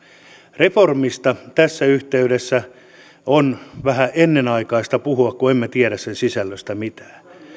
reformista tässä yhteydessä on vähän ennenaikaista puhua kun emme tiedä sen sisällöstä mitään